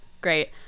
great